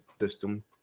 system